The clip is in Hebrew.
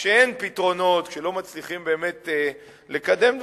כשאין פתרונות, כשלא מצליחים באמת לקדם דברים,